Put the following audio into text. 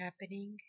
happening